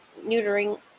neutering